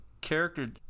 character